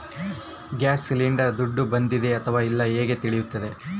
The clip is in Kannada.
ಗ್ಯಾಸ್ ಸಿಲಿಂಡರ್ ದುಡ್ಡು ಬಂದಿದೆ ಅಥವಾ ಇಲ್ಲ ಹೇಗೆ ತಿಳಿಯುತ್ತದೆ?